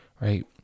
Right